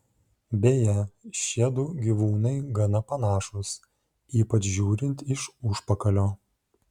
beje šiedu gyvūnai gana panašūs ypač žiūrint iš užpakalio